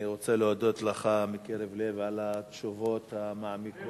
אני רוצה להודות לך מקרב לב על התשובות המעמיקות.